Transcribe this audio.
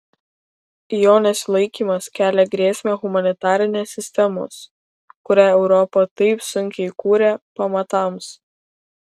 jo nesilaikymas kelia grėsmę humanitarinės sistemos kurią europa taip sunkiai kūrė pamatams